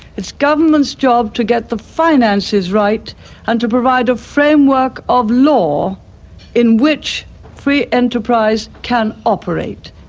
it's government's job to get the finances right and to provide a framework of law in which free enterprise can operate.